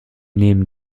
neben